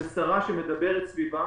זו שרה שמדברת סביבה